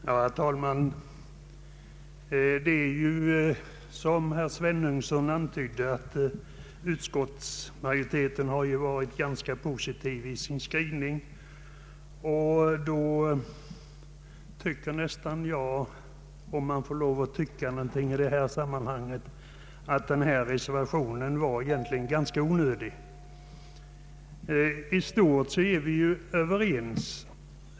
Herr talman! Som herr Svenungsson antydde har utskottsmajoriteten varit ganska positiv i sin skrivning. Under sådana förhållanden tycker jag — om man får lov att tycka någonting i detta sammanhang — att reservationen var tämligen onödig. I stort sett är vi överens.